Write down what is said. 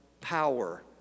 power